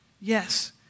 yes